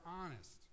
honest